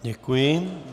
Děkuji.